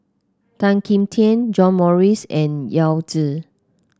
Tan Kim Tian John Morrice and Yao Zi